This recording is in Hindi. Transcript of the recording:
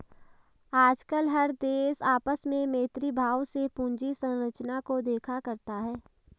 आजकल हर देश आपस में मैत्री भाव से पूंजी संरचना को देखा करता है